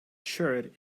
shirt